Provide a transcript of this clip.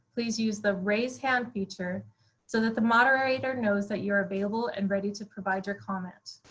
please use the raise hand feature so that the moderator knows that you are available and ready to provide your comments.